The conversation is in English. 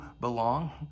belong